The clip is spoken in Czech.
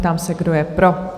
Ptám se, kdo je pro?